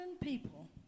people